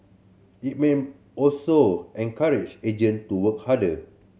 it may also encourage agent to work harder